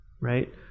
right